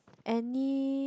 any